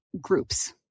groups